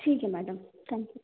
ठीक है madam thank you